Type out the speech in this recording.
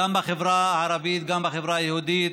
גם בחברה הערבית וגם בחברה היהודית.